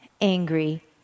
angry